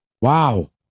Wow